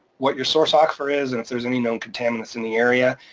what your source aquifer is, and if there's any known contaminants in the area.